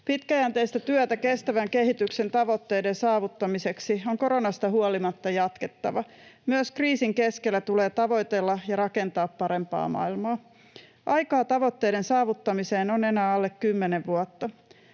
Pitkäjänteistä työtä kestävän kehityksen tavoitteiden saavuttamiseksi on koronasta huolimatta jatkettava. Myös kriisin keskellä tulee tavoitella ja rakentaa parempaa maailmaa. Aikaa tavoitteiden saavuttamiseen on enää alle kymmenen vuotta.